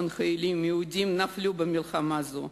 יהודים נפלו במלחמה זו.